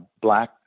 black